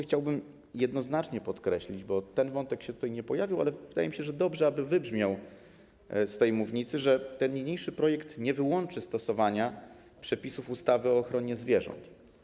Chciałbym wyraźnie podkreślić - bo ten wątek się tutaj nie pojawił, ale wydaje mi się, że dobrze, aby wybrzmiał z tej mównicy - że niniejszy projekt nie wyłączy stosowania przepisów ustawy o ochronie zwierząt.